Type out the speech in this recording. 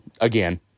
Again